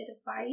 advice